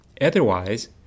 Otherwise